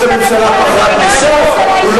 מה זה